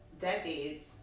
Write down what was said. decades